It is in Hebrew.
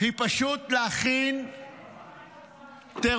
היא פשוט להכין תירוץ,